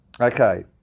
Okay